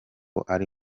ari